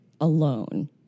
alone